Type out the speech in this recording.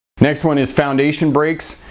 next one is foundation brakes.